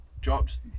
Dropped